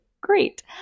great